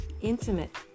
intimate